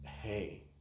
Hey